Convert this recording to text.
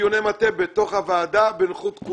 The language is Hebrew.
\ לא כל עמותה.